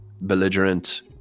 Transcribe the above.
belligerent